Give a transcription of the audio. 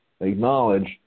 acknowledge